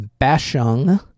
Bashung